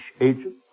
agent